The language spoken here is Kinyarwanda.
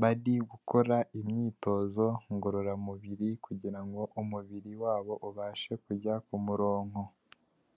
bari gukora imyitozo ngororamubiri, kugira ngo umubiri wabo ubashe kujya ku muronko.